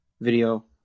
video